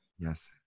Yes